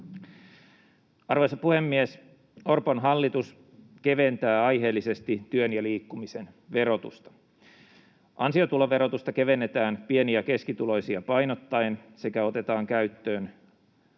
Arvoisa puhemies! Orpon hallitus keventää aiheellisesti työn ja liikkumisen verotusta. Ansiotuloverotusta kevennetään pieni- ja keskituloisia painottaen sekä otetaan käyttöön